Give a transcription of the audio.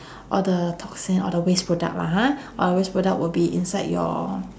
all the toxin all the waste product lah ha all waste product will be inside your